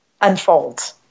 unfolds